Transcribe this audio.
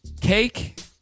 Cake